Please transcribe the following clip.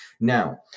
Now